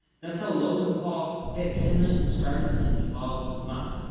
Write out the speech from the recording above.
that's how logan paul hit ten million subscribers in twelve months.